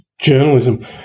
journalism